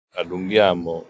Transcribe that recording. allunghiamo